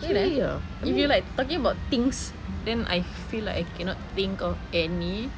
then ah if they like talking about things then I feel like I cannot think of any